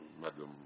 Madam